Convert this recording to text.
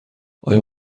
آیا